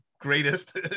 greatest